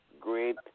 great